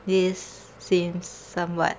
this seems some what